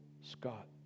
Scott